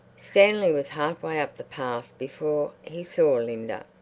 stanley was half-way up the path before he saw linda.